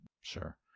Sure